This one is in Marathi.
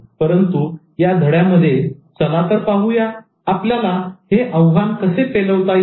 परंतु या धड्या मध्ये चला तर पाहूया आपल्याला हे आव्हान कसे पेलवता येईल